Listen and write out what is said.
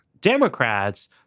Democrats